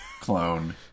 clone